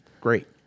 Great